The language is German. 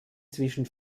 zwischen